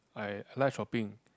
I I like shopping